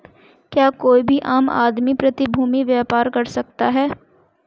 क्या कोई भी आम आदमी प्रतिभूती व्यापार कर सकता है?